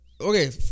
okay